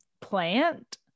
plant